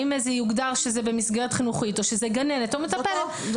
אם זה יוגדר שזה במסגרת חינוכית או שזאת גננת או מטפלת.